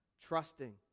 trusting